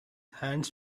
hands